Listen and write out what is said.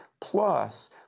plus